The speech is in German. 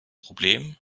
problem